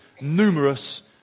numerous